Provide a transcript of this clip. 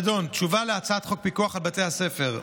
הנדון: תשובה על הצעת חוק פיקוח על בתי הספר.